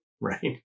right